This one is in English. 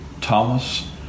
Thomas